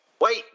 Wait